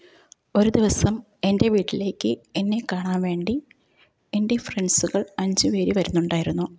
ഒരു ദിവസം എൻ്റെ വീട്ടിലേക്ക് എന്നെ കാണാൻ വേണ്ടി എൻ്റെ ഫ്രണ്ട്സുകൾ അഞ്ചു പേര് വരുന്നുണ്ടായിരുന്നു